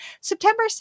September